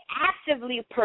actively